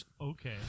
Okay